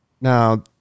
Now